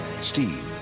Steve